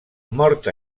mort